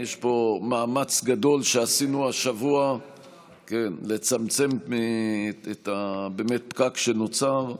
יש פה מאמץ גדול שעשינו השבוע לצמצם את הפקק שנוצר.